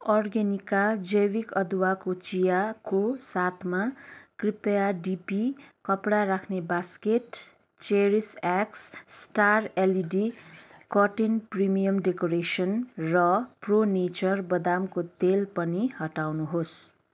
Organica जैविक अदुवाको चियाको साथमा कृपया डिपी कपडा राख्ने बास्केट चेरिस X star LED curtain premium decoration र प्रो नेचर बदामको तेल पनि हटाउनुहोस्